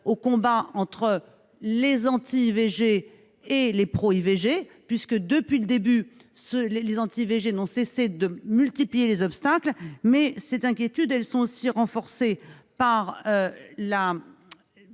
au combat entre les anti-IVG et les pro-IVG, puisque, depuis le début, les anti-IVG n'ont cessé de multiplier les obstacles. Les inquiétudes sont aussi renforcées par la